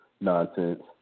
Nonsense